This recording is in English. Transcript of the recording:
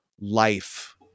life